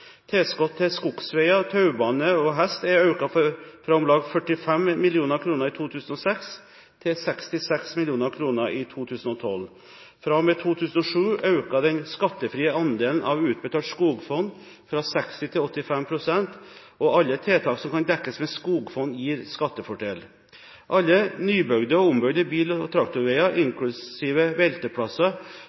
til skogsveier, taubane og hest er økt fra om lag 45 mill. kr i 2006 til 66 mill. kr i 2012. Fra og med 2007 økte den skattefrie andelen av utbetalt skogfond fra 60 pst. til 85 pst., og alle tiltak som kan dekkes med skogfond, gir skattefordel. Alle nybygde og ombygde bil- og traktorveier, inklusiv velteplasser,